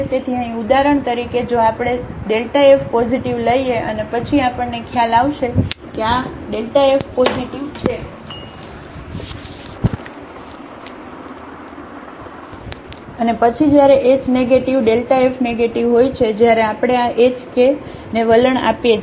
તેથી અહીં ઉદાહરણ તરીકે જો આપણે Δf પોઝિટિવ લઈએ અને પછી આપણને ખ્યાલ આવશે કે આ Δf પોઝિટિવ છે અને પછી જ્યારે h નેગેટિવ Δfનેગેટિવ હોય છે જ્યારે આપણે આ hk ને વલણ આપીએ છીએ